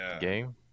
game